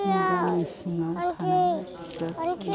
गामि सिङाव थानाय एबा